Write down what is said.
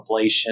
ablation